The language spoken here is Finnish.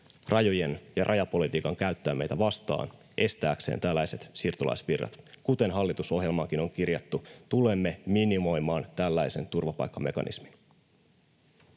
rajojen ja rajapolitiikan käyttöä meitä vastaan, estääkseen tällaiset siirtolaisvirrat. Kuten hallitusohjelmaankin on kirjattu, tulemme minimoimaan tällaisen turvapaikkamekanismin.